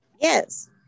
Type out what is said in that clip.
Yes